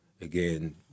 again